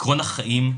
עיקרון החיים,